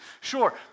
Sure